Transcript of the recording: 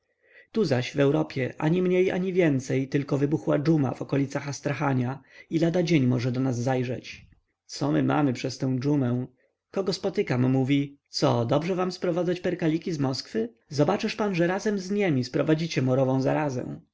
tu zaś w europie ani mniej ani więcej tylko wybuchła dżuma w okolicach astrachania i lada dzień może do nas zajrzeć co my mamy przez tę dżumę kogo spotkam mówi co dobrze wam sprowadzać perkaliki z moskwy zobaczysz pan że razem z niemi sprowadzicie morową zarazę